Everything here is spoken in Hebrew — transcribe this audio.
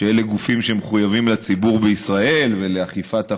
שאלה גופים שמחויבים לציבור בישראל ולאכיפת החוק,